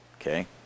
okay